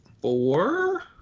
four